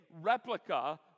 replica